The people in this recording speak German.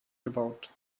gebaut